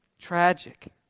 Tragic